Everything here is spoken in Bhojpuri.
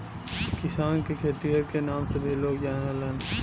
किसान के खेतिहर के नाम से भी लोग जानलन